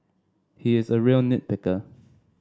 he is a real nit picker